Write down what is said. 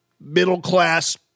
middle-class